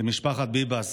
למשפחת ביבס,